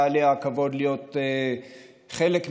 היה לי הכבוד להיות חלק ממנו,